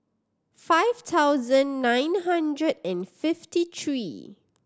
five thousand nine hundred and fifty three